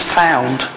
found